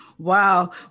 Wow